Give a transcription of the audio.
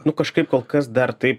nu kažkaip kol kas dar taip